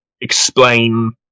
explain